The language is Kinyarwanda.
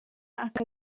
aka